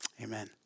Amen